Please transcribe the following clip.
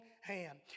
hand